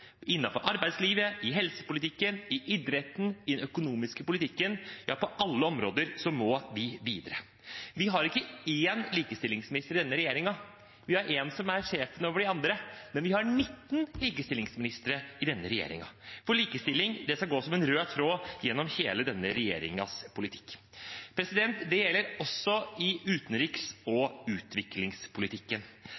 arbeidslivet, i helsepolitikken, i idretten, i den økonomiske – ja, på alle områder må vi videre. Vi har ikke én likestillingsminister i denne regjeringen. Vi har en som er sjefen over de andre, men vi har 19 likestillingsministere i denne regjeringen. Likestilling skal gå som en rød tråd gjennom hele denne regjeringens politikk. Det gjelder også i utenriks- og